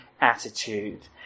attitude